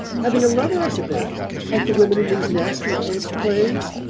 having a lover, i suppose like the women in these nasty french plays?